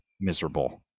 miserable